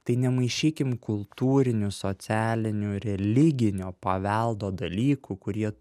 tai nemaišykim kultūrinių socialinių religinio paveldo dalykų kurie